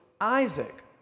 Isaac